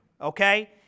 okay